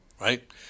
right